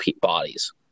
bodies